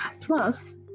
Plus